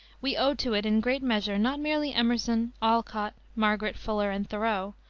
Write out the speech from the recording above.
we owe to it, in great measure, not merely emerson, alcott, margaret fuller, and thoreau,